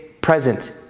present